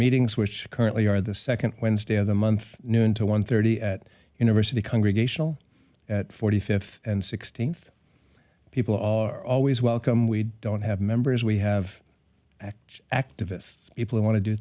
meetings which currently are the second wednesday of the month noon to one thirty at university congregational at forty fifth and sixteenth people are always welcome we don't have members we have act activists people who want to do